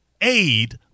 aid